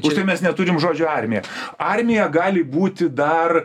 už tai mes neturim žodžio armija armija gali būti dar